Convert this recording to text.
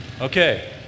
Okay